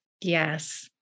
Yes